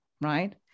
right